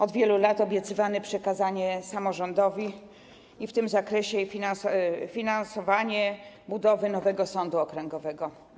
Od wielu lat obiecywane przekazanie samorządowi i w tym zakresie finansowanie budowy nowego sądu okręgowego.